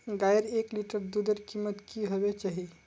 गायेर एक लीटर दूधेर कीमत की होबे चही?